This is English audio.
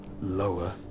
lower